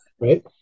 right